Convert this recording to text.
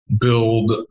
build